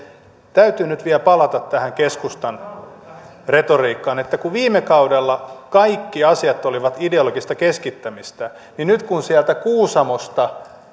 täytyy nyt vielä palata tähän keskustan retoriikkaan että kun viime kaudella kaikki asiat olivat ideologista keskittämistä niin nyt kun sieltä kuusamosta